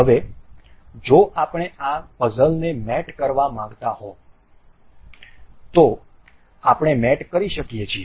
હવે જો આપણે આ પઝલને મેટ કરવા માંગતા હો તો આપણે મેટ કરી શકીએ છીએ